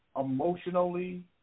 emotionally